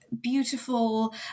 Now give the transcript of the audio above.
beautiful